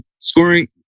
scoring